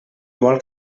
vol